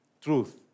truth